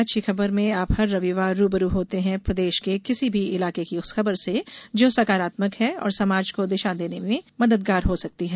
अच्छी खबर में आप हर रविवार रू ब रू होते हैं प्रदेश के किसी भी इलाके की उस खबर से जो सकारात्मक है और समाज को दिशा देने में मददगार हो सकती है